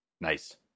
Nice